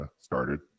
started